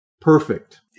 Perfect